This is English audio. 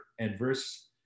adverse